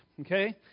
Okay